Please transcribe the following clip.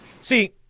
See